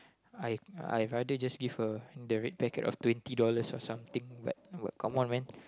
I I rather just give a the red packet of twenty dollars or something like what come on man